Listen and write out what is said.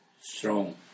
strong